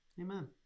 Amen